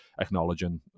acknowledging